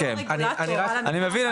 אני רק אדגיש --- הם לא רגולטור --- אני מבין,